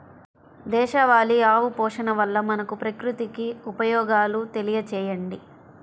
దేశవాళీ ఆవు పోషణ వల్ల మనకు, ప్రకృతికి ఉపయోగాలు తెలియచేయండి?